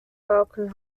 falcon